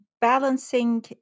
balancing